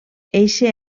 eixe